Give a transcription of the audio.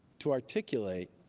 to articulate